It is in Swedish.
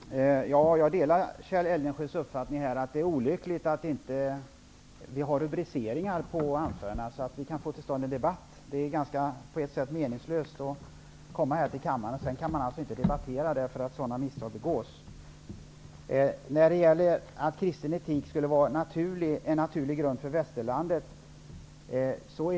Herr talman! Jag delar Kjell Eldensjös uppfattning att det är olyckligt att vi inte har rubriceringar på anförandena så att vi kan få till stånd en debatt. Det är på ett sätt ganska meningslöst att komma till kammaren och sedan inte kunna debattera på grund av sådana misstag. Kjell Eldensjö säger att den kristna etiken skulle vara en naturlig grund för västerlandet.